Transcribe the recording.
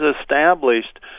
established